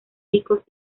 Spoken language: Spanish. ricos